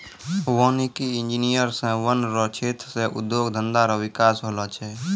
वानिकी इंजीनियर से वन रो क्षेत्र मे उद्योग धंधा रो बिकास होलो छै